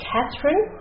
Catherine